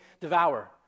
devour